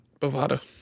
Bovada